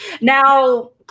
Now